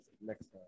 next